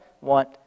want